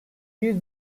bir